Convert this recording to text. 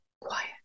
quiet